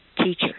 Teacher